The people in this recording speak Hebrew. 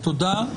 תודה.